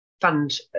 fund